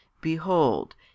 BEHOLD